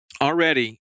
already